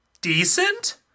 decent